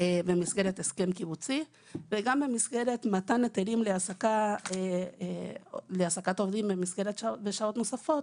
במסגרת הסכם קיבוציי וגם במסגרת מתן היתרים להעסקת עובדים בשעות נוספות,